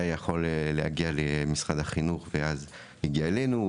יכול להגיע למשרד החינוך ואז הגיע אלינו,